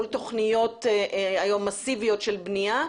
מול תכניות מסיביות של בנייה,